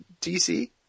DC